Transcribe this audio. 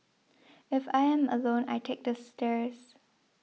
if I am alone I take the stairs